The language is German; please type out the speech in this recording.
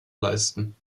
leisten